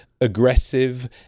aggressive